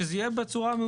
שזה יהיה בצורה מאוזנת.